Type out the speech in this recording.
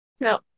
no